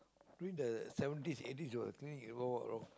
during the seventies eighties I think it's uh